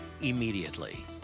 immediately